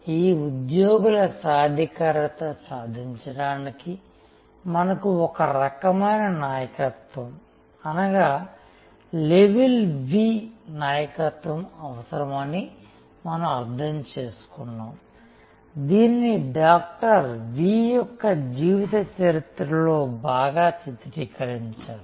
ఈ ఉద్యోగుల సాధికారత సాధించడానికి మనకు ఒక రకమైన నాయకత్వం అనగా లెవల్ V నాయకత్వం అవసరమని మనం అర్థం చేసుకున్నాము దీనిని డాక్టర్ V యొక్క జీవిత చరిత్రలో బాగా చిత్రీకరించారు